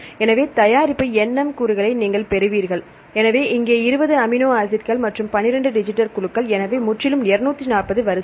எனவே தயாரிப்பு nm கூறுகளை நீங்கள் பெறுவீர்கள் எனவே இங்கே 20 அமினோ ஆசிட்கள் மற்றும் 12 டிஜிட்டல் குழுக்கள் எனவே முற்றிலும் 240 வரிசைகள்